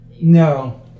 No